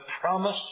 promise